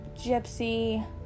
Gypsy